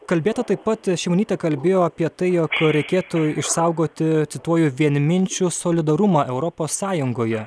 kalbėta taip pat šimonytė kalbėjo apie tai jog reikėtų išsaugoti cituoju vienminčių solidarumą europos sąjungoje